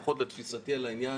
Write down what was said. לפחות לתפיסתי על העניין,